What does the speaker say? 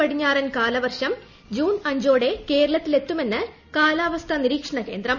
പടിഞ്ഞാറൻ കാലവർഷം ജൂൺ അഞ്ചോടെ കേരളത്തിലെത്തുമെന്ന് കാലാവസ്ഥാ നിരീക്ഷണ കേന്ദ്രം